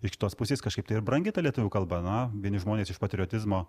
iš kitos pusės kažkaip tai ir brangi ta lietuvių kalba na vieni žmonės iš patriotizmo